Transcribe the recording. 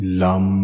lum